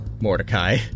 Mordecai